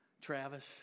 Travis